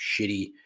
shitty